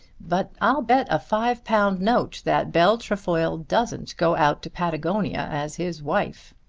but i'll bet a five-pound note that bell trefoil doesn't go out to patagonia as his wife.